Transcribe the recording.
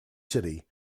city